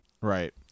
Right